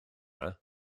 yma